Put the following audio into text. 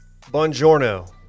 buongiorno